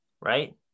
right